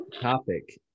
topic